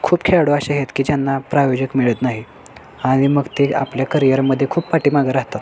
खूप खेळाडू असे आहेत की ज्यांना प्रायोजक मिळत नाही आणि मग ते आपल्या करियरमध्ये खूप पाठीमागं राहतात